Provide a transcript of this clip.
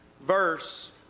verse